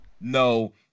No